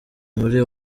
muri